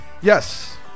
yes